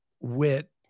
WIT